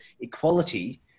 equality